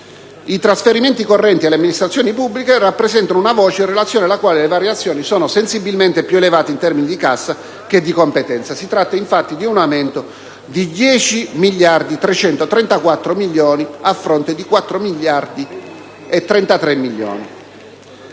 I trasferimenti correnti alle amministrazioni pubbliche rappresentano una voce in relazione alla quale le variazioni sono sensibilmente più elevate in termini di cassa che di competenza: si tratta infatti di un aumento di 10.334 milioni a fronte di 4.033 milioni.